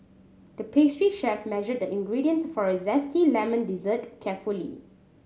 the pastry chef measured the ingredients for a zesty lemon dessert carefully